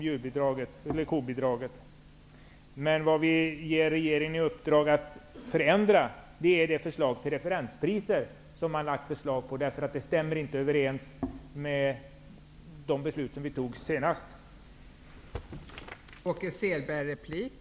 Däremot ger vi regeringen i uppdrag att förändra förslaget till referenspriser, eftersom det inte stämmer överens med de beslut vi fattade senast.